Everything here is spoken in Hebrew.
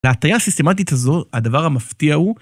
להטייה הסיסטמטית הזו, הדבר המפתיע הוא